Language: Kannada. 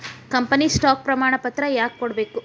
ಕಂಪನಿ ಸ್ಟಾಕ್ ಪ್ರಮಾಣಪತ್ರ ಯಾಕ ಕೊಡ್ಬೇಕ್